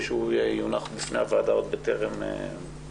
שהוא יונח בפני הוועדה עוד בטרם מתקדמים.